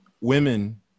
women